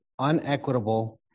unequitable